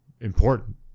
important